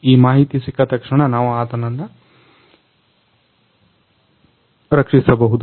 ಈ ಮಾಹಿತಿ ಸಿಕ್ಕ ತಕ್ಷಣ ನಾವು ಆತನನ್ನು ರಕ್ಷಿಸಬಹುದು